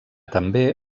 també